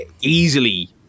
easily